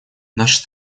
наша